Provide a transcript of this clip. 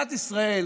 למדינת ישראל